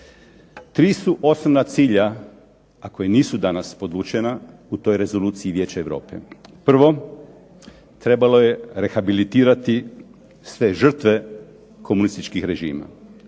Tri su osnovna cilja, a koja nisu danas podvučena u toj rezoluciji Vijeća Europe. Prvo, trebalo je rehabilitirati sve žrtve komunističkih režima.